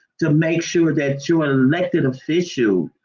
to make sure that your elected official,